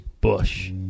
Bush